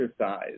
exercise